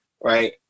right